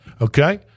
Okay